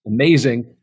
amazing